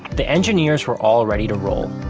the engineers were all ready to roll.